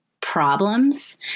problems